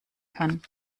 kann